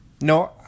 no